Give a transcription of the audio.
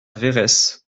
véretz